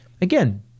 Again